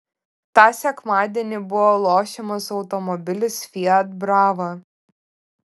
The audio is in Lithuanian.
tą sekmadienį buvo lošiamas automobilis fiat brava